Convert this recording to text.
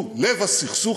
הוא לב הסכסוך,